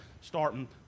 starting